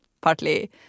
partly